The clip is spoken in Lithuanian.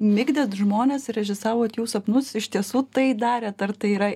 migdėt žmones ir režisavot jų sapnus iš tiesų tai darėt ar tai yra